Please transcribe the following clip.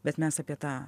bet mes apie tą